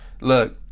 look